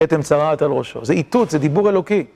כתם צרעת על ראשו. זה איתות, זה דיבור אלוקי.